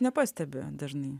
nepastebi dažnai